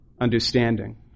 understanding